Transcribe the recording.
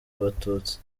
abatutsi